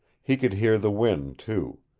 he could hear the wind, too.